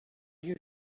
you